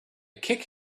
kick